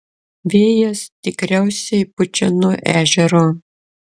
vėjas tikriausiai pučia nuo ežero